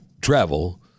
travel